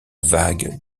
vague